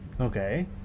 okay